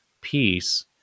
peace